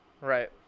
Right